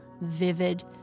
vivid